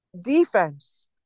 defense